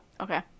okay